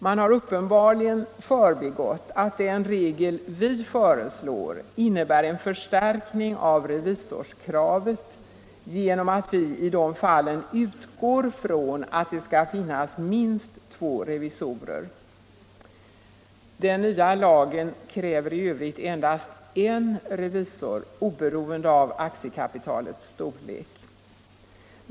Man har uppenbarligen förbigått att den regel vi föreslår innebär en förstärkning av revisorskravet genom att vi i dessa fall utgår från att det skall finnas minst två revisorer. Den nya lagen kräver i övrigt endast en revisor, oberoende av aktiekapitalets storlek.